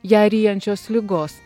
ją ryjančios ligos